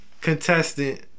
contestant